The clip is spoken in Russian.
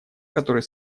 который